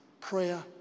prayer